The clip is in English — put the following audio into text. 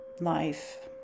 life